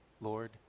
Lord